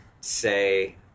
say